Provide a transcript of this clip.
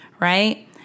right